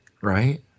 right